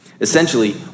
Essentially